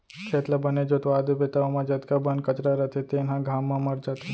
खेत ल बने जोतवा देबे त ओमा जतका बन कचरा रथे तेन ह घाम म मर जाथे